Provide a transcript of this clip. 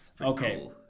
okay